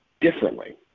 differently